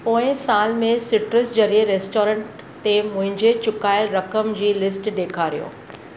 पोएं साल में सिट्रस ज़रिए रेस्टोरेंट ते मुंहिंजे चुकायल रक़म जी लिस्ट ॾेखारियो